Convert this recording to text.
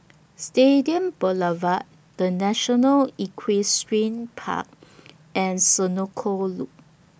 Stadium Boulevard The National Equestrian Park and Senoko Loop